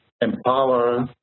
empower